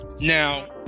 now